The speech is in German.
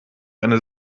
eine